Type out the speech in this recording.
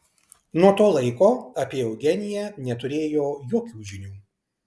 nuo to laiko apie eugeniją neturėjo jokių žinių